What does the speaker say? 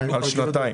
על שנתיים.